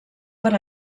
per